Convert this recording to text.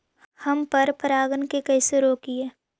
हम पर परागण के कैसे रोकिअई?